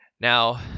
Now